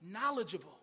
knowledgeable